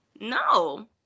No